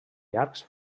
llargs